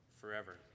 forever